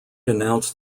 announced